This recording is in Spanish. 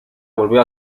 volvió